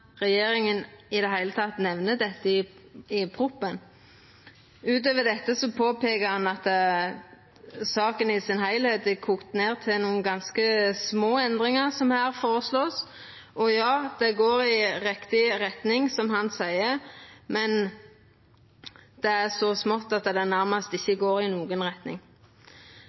regjeringa i det heile nemner det i proposisjonen. Utover dette peika han på at saka i det heile har kokt ned til nokre ganske små endringar som vert føreslått. Det går i riktig retning, som han seier, men det er så smått at det nærmast ikkje går i noka retning.